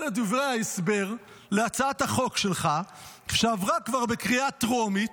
אלה דברי ההסבר להצעת החוק שלך שעברה כבר בקריאה טרומית,